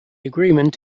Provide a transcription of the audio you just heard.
agreement